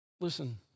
Listen